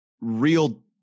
real